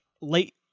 late